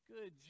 Good